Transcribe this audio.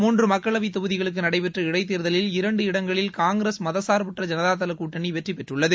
மூன்று மக்களவைத் தொகுதிகளுக்கு நடைபெற்ற இடைத்தேர்தலில் இரண்டு இடங்களில் காங்கிரஸ் மதச்சார்பற்ற ஜனதாதள கூட்டணி வெற்றிபெற்றுள்ளது